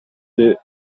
the